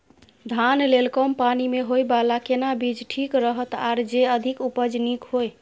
धान लेल कम पानी मे होयबला केना बीज ठीक रहत आर जे अधिक उपज नीक होय?